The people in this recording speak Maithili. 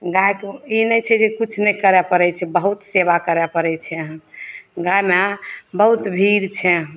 गायके ई नहि छै जे किछु नहि करय पड़य छै बहुत सेवा करय पड़य छै गायमे बहुत भीर छै